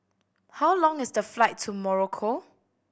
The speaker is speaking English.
how long is the flight to Morocco